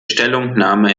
stellungnahme